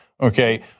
Okay